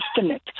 infinite